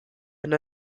and